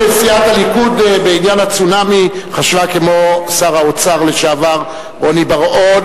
שסיעת הליכוד בעניין הצונאמי חשבה כמו שר האוצר לשעבר רוני בר-און.